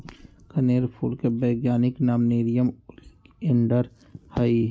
कनेर फूल के वैज्ञानिक नाम नेरियम ओलिएंडर हई